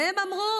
והם אמרו: